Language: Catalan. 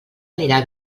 anirà